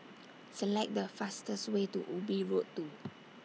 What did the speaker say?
Select The fastest Way to Ubi Road two